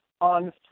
on